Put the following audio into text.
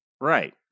Right